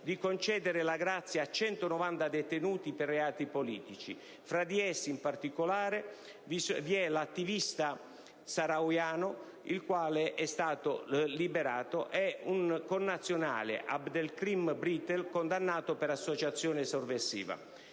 di concedere la grazia a 190 detenuti per reati politici. Fra di essi, in particolare, vi è anche un attivista saharawi, che è stato liberato, e un connazionale, Abdelkrim Britel, condannato per associazione eversiva.